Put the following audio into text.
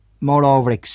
moreover